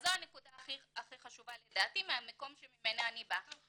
זו הנקודה הכי חשובה לדעתי, מהמקום שממנו אני באה.